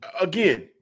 again